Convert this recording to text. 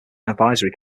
advisory